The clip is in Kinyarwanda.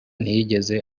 ntiyigeze